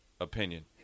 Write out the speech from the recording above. opinion